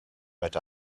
red